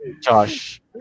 Josh